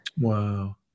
Wow